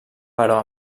però